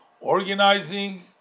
organizing